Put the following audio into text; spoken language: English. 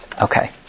Okay